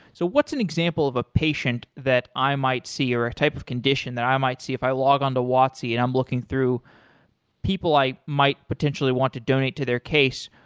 so what's an example of a patient that i might see or a type of condition that i might see if i log on to watsi and i'm looking through i might potentially want to donate to their case?